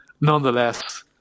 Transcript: nonetheless